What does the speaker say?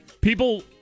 People